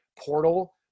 Portal